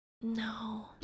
No